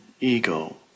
ego